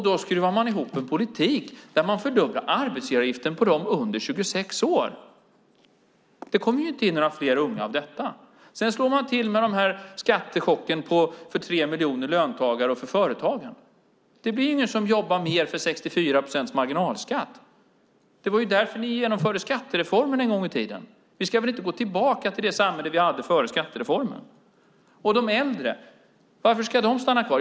Då skruvar man ihop en politik där man fördubblar arbetsgivaravgiften för dem under 26 år. Det kommer inte in några fler unga av detta. Sedan slår man till med skattechocken för tre miljoner löntagare och för företagen. Det blir ingen som jobbar mer för 64 procents marginalskatt. Det var ju därför ni genomförde skattereformen en gång i tiden. Vi ska väl inte gå tillbaka till det samhälle vi hade före skattereformen? Och varför ska de äldre stanna kvar?